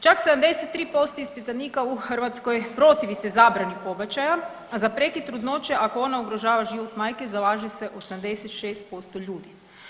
Čak 73% ispitanika u Hrvatskoj protivi se zabrani pobačaja, a za prekid trudnoće ako ona ugrožava život majke zalaže se 86% ljudi.